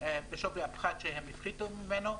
בשווי הפחת שהם הפחיתו ממנו,